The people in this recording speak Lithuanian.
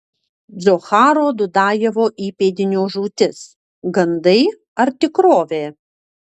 džocharo dudajevo įpėdinio žūtis gandai ar tikrovė